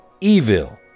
evil